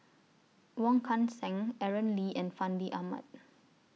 Wong Kan Seng Aaron Lee and Fandi Ahmad